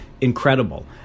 incredible